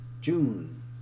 June